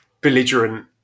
belligerent